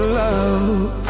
love